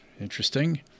interesting